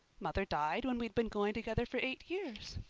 mother died when we'd been going together for eight years.